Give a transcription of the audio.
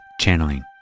Channeling